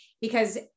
because-